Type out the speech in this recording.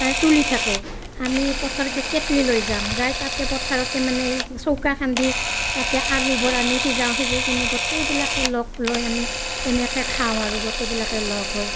তাৰ তুলি থাকে আমি পথাৰত কি কেটলী লৈ যাওঁ যাই তাতে পথাৰতে মানে চৌকা খান্দি তাতে আলুবোৰ আমি সিজাওঁ সিজাই কিনে গোটেইবিলাকে লগ লৈ আমি তেনেকে খাওঁ আৰু গোটেইবিলাকে ল'গ হৈ